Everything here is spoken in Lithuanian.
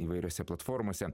įvairiose platformose